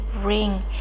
bring